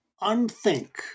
unthink